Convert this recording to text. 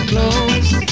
Close